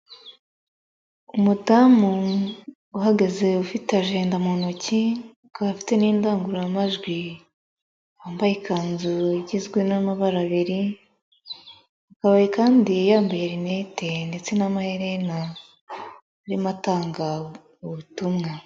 Umudamu uhagaze ufite ajenda mu ntoki, akaba afite n'indangururamajwi, wambaye ikanzu igizwe n'amabara abiri, akaba kandi yambaye rinete ndetse n'amaherena arimo atanga ubutumwa.